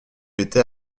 étais